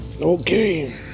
Okay